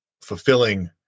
fulfilling